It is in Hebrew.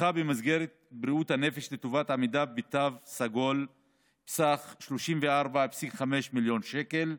תמיכה במסגרת בריאות הנפש לטובת עמידה בתו סגול בסך 34.5 מיליון שקל,